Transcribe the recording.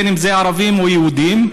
ערבים או יהודים,